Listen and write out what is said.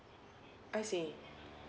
I see